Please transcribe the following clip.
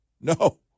no